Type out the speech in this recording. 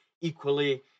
equally